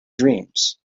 dreams